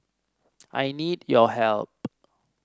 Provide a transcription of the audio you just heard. I need your help